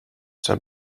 said